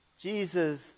Jesus